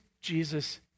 Jesus